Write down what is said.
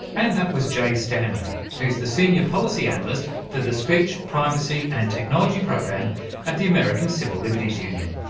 and that was jay stanley, who's the senior policy analyst for the speech, privacy and technology program at the american civil liberties union.